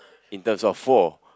in terms of war